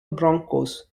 broncos